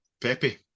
Pepe